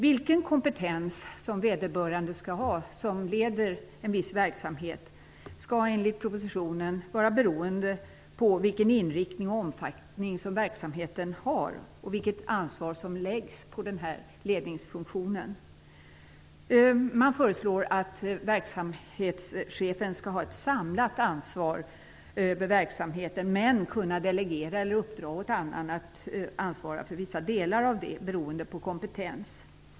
Vilken kompetens den som leder en viss verksamhet skall ha skall enligt propositionen vara beroende på vilken inriktning och omfattning som verksamheten har och vilket ansvar som läggs på den här ledningsfunktionen. Man föreslår att verksamhetschefen skall ha ett samlat ansvar över verksamheten men kunna delegera eller uppdra åt annan att ansvara för vissa delar av den beroende på kompetens.